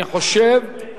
אני חושב,